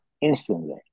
instantly